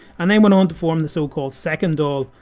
and they went on to form the so called second dail,